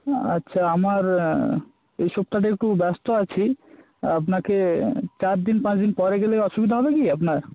হ্যাঁ আচ্ছা আমার এই সপ্তাহটা একটু ব্যস্ত আছি আবনাকে চাদ্দিন পাঁচ দিন পরে গেলে অসুবিধা হবে না কি আপনার